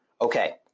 Okay